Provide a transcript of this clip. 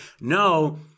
no